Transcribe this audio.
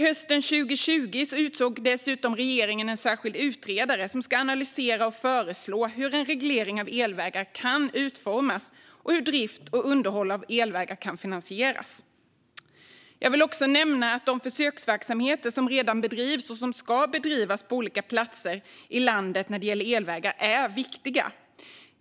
Hösten 2020 utsåg dessutom regeringen en särskild utredare som ska analysera och föreslå hur en reglering av elvägar kan utformas och hur drift och underhåll av elvägar kan finansieras. Jag vill också nämna att de försöksverksamheter som redan bedrivs, och ska bedrivas, på olika platser i landet när det gäller elvägar är viktiga.